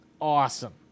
awesome